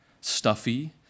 stuffy